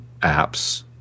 apps